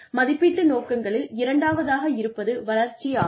மதிப்பீட்டு நோக்கங்களில் இரண்டாவதாக இருப்பது வளர்ச்சி ஆகும்